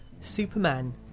Superman